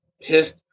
pissed